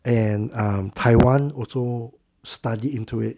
and um taiwan also study into it